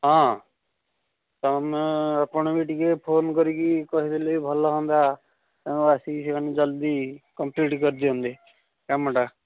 ହଁ ତୁମେ ଆପଣ ବି ଟିକିଏ ଫୋନ୍ କରିକି କହିଦେଲେ ବି ଭଲ ହୁଅନ୍ତା ତାଙ୍କୁ ଆସିକି ସେମାନେ ଜଲ୍ଦି କମ୍ପ୍ଲିଟ୍ କରିଦିଅନ୍ତେ କାମଟା